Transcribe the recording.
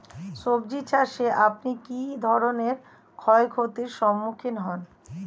সবজী চাষে আপনি কী ধরনের ক্ষয়ক্ষতির সম্মুক্ষীণ হন?